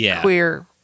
queer